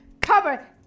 cover